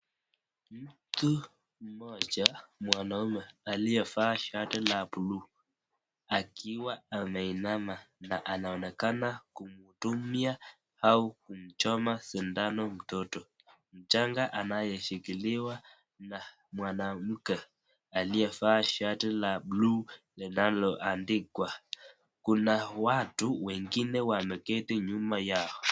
Mtu mmoja mwanaume aliyevalia shati la buluu, akiwa ameinama na anaonekana kumhudumia au kumchoma sindano mtoto mchanga, anayeshikiliwa na mwanamke aliyevaa shati la buluu, liloa andikwa, kuna watu wengine wameketi nyuma yao.